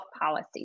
Policy